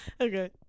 Okay